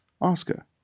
oscar